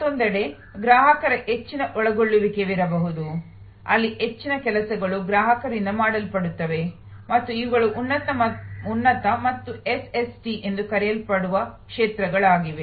ಮತ್ತೊಂದೆಡೆ ಗ್ರಾಹಕರ ಹೆಚ್ಚಿನ ಒಳಗೊಳ್ಳುವಿಕೆ ಇರಬಹುದು ಅಲ್ಲಿ ಹೆಚ್ಚಿನ ಕೆಲಸಗಳು ಗ್ರಾಹಕರಿಂದ ಮಾಡಲ್ಪಡುತ್ತವೆ ಮತ್ತು ಇವುಗಳು ಉನ್ನತ ಮತ್ತು ಎಸ್ಎಸ್ಟಿ ಎಂದು ಕರೆಯಲ್ಪಡುವ ಕ್ಷೇತ್ರಗಳಾಗಿವೆ